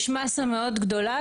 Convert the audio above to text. שולחים אותנו הביתה,